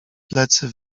plecy